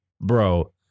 Bro